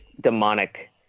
demonic